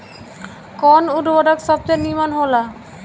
कवन उर्वरक सबसे नीमन होला?